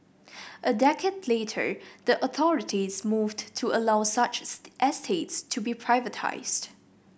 a decade later the authorities moved to allow such estates to be privatised